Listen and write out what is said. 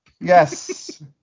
Yes